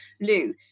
Lou